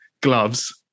gloves